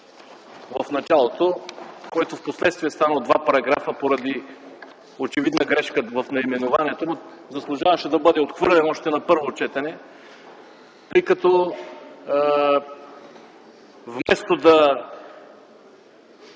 в началото, който впоследствие стана два параграфа поради очевидна грешка в наименованието му, заслужаваше да бъде отхвърлен още на първо четене. В закона,